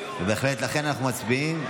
בהחלט, לכן אנחנו מצביעים.